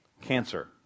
Cancer